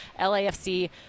LAFC